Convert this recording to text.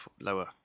lower